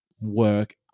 work